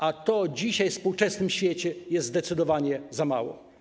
A to dzisiaj we współczesnym świecie jest zdecydowanie za mało.